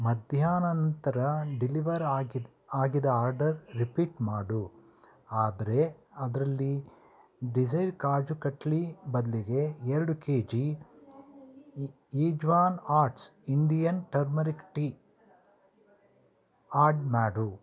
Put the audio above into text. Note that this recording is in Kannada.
ಮಧ್ಯಾನಂತರ ಡೆಲಿವರ್ ಆಗಿದ ಆರ್ಡರ್ ರಿಪೀಟ್ ಮಾಡು ಆದರೆ ಅದರಲ್ಲಿ ಡಿಸೈರ್ ಕಾಜು ಕತ್ಲಿ ಬದಲಿಗೆ ಎರಡು ಕೆ ಜಿ ಇಜ್ವಾನ್ ಆರ್ಟ್ಸ್ ಇಂಡಿಯನ್ ಟರ್ಮರಿಕ್ ಟೀ ಆಡ್ ಮಾಡು